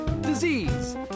disease